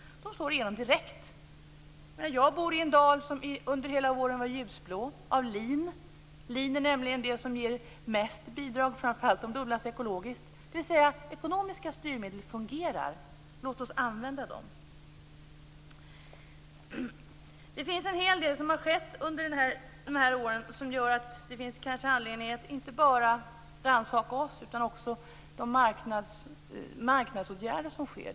De slår igenom direkt. Jag bor i en dal som under hela året var ljusblå av lin. Lin är nämligen det som ger mest bidrag, framför allt om det odlas ekologiskt. Ekonomiska styrmedel fungerar. Låt oss använda dem. Det har skett en hel del under de här åren, som gör att det kanske finns anledning att inte bara rannsaka oss utan också de marknadsåtgärder som vidtas.